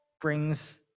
brings